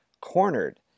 Cornered